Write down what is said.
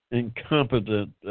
incompetent